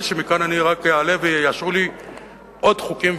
שמכאן אני רק אעלה ויאשרו לי עוד חוקים,